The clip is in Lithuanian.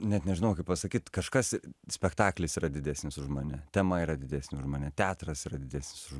net nežinau ką pasakyti kažkas spektaklis yra didesnis už mane tema yra didesnė už mane teatras yra didesnis už